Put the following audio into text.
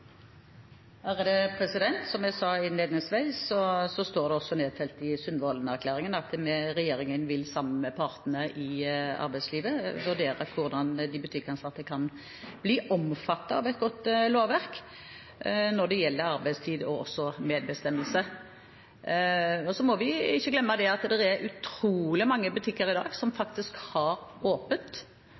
Som jeg sa innledningsvis, så står det nedfelt i Sundvolden-erklæringen at regjeringen, sammen med partene i arbeidslivet, vil vurdere hvordan de butikkansatte kan bli omfattet av et godt lovverk, når det gjelder arbeidstid og også medbestemmelse. Vi må ikke glemme at det er utrolig mange butikker i dag som faktisk har åpent,